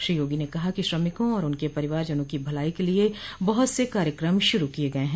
श्री योगो ने कहा कि श्रमिकों और उनके परिवारजनों की भलाई क लिए बहुत से कार्यक्रम शुरू किये गये हैं